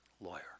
lawyer